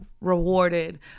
rewarded